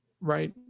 right